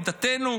עמדתנו,